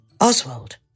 Oswald